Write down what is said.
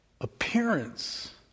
appearance